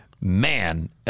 man